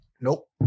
Nope